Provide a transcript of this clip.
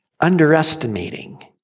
underestimating